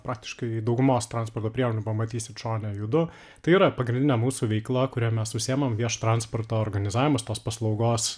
praktiškai daugumos transporto priemonių pamatysit šone judu tai yra pagrindinė mūsų veikla kuria mes užsiimam viešu transportu organizavimas tos paslaugos